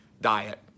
diet